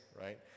right